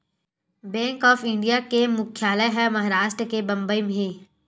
bank of India के मुख्यालय ह महारास्ट के बंबई म हे